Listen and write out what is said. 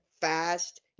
fast